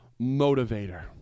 motivator